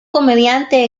comediante